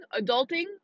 Adulting